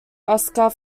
oscar